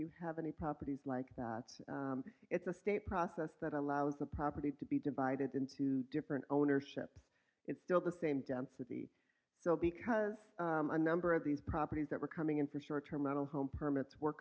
you have any properties like that it's a state process that allows a property to be divided into different ownership it's still the same density so because a number of these properties that were coming in for short term model home permits were